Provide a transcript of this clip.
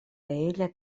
paella